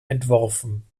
entworfen